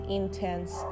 intense